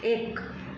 एक